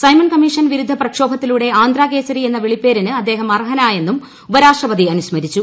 Simon commission വിരുദ്ധ പ്രക്ഷോഭത്തിലൂടെ ആന്ധ്ര കേസരി എന്ന വിളിപ്പേരിന് അദ്ദേഹം അർഹനായെന്നും ഉപരാഷ്ട്രപതി അനുസ്മരിച്ചു